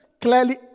clearly